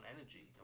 energy